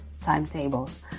timetables